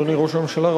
אדוני ראש הממשלה,